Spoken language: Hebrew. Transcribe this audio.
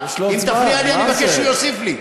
אם תפריע לי אני מבקש שהוא יוסיף לי.